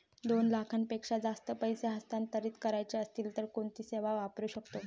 दोन लाखांपेक्षा जास्त पैसे हस्तांतरित करायचे असतील तर कोणती सेवा वापरू शकतो?